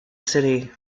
city